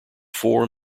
four